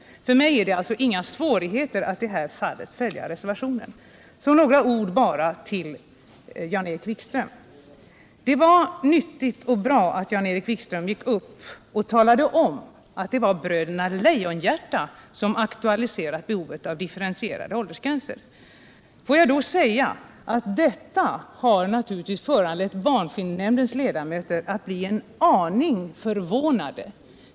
För mig är det ingen svårighet att i detta fall följa reservationen. Så bara några ord till Jan-Erik Wikström. Det var nyttigt och bra att Jan-Erik Wikström gick upp och talade om att det var Bröderna Lejonhjärta som aktualiserat behovet av differentierade åldersgränser. Men låt mig säga att detta har gjort barnfilmsnämndens ledamöter en aning förvånade.